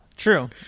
true